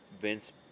Vince